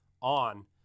on